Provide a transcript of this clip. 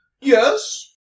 Yes